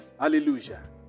hallelujah